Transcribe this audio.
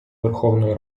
верховної